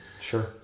Sure